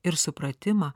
ir supratimą